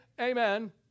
amen